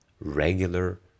regular